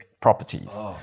properties